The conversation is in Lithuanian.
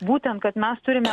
būtent kad mes turime